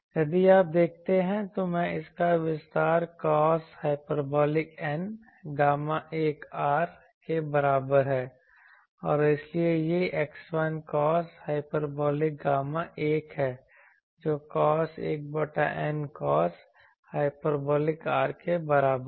यदि आप देखते हैं तो इसका विस्तार cos hyperbolic N gamma 1 R के बराबर है और इसलिए यह x1 कोस हाइपरबोलिक गामा 1 है जो कोस 1 बटा n कोस हाइपरबोलिक R के बराबर है